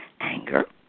anger